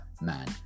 man